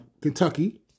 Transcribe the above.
Kentucky